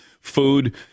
Food